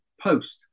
post